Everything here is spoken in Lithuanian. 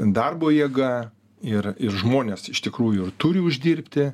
darbo jėga ir ir žmonės iš tikrųjų ir turi uždirbti